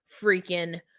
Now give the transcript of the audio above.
freaking